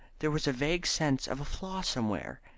there was a vague sense of a flaw somewhere,